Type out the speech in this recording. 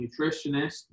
nutritionist